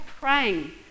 praying